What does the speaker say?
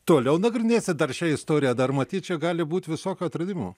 toliau nagrinėsit dar šią istoriją dar matyt čia gali būt visokių atradimų